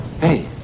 Hey